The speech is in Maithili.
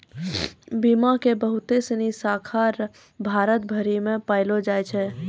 बीमा के बहुते सिनी शाखा भारत भरि मे पायलो जाय छै